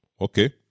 Okay